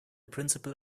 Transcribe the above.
principle